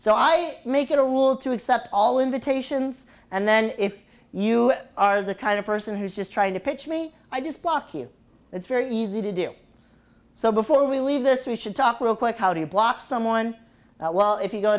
so i make it a rule to accept all invitations and then if you are the kind of person who's just trying to pitch me i just block you that's very easy to do so before we leave this we should talk real quick how do you block someone well if you go